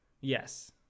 Yes